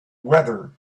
weather